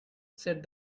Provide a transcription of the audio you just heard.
said